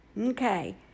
Okay